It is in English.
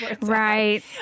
Right